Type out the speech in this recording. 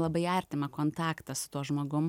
labai artimą kontaktą su tuo žmogum